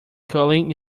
culling